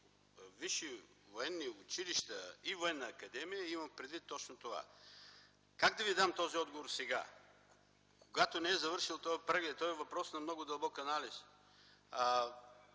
висши военни училища и Военна академия имам предвид точно това. Как да Ви дам този отговор сега, когато не е завършил този преглед? Той е въпрос на много дълбок анализ.